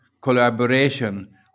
collaboration